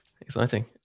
exciting